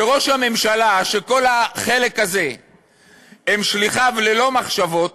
שראש הממשלה, שכל החלק הזה הם שליחיו ללא מחשבות